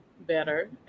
better